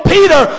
Peter